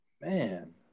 Man